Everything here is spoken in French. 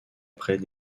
après